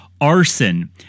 arson